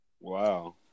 Wow